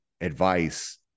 advice